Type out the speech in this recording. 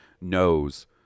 knows